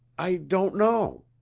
i don't know.